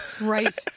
Right